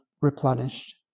replenished